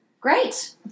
Great